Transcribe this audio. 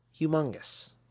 humongous